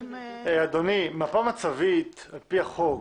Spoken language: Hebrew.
אדוני, מפה מצבית על פי החוק,